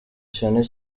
cyane